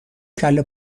کله